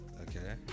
okay